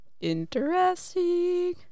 Interesting